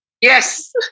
Yes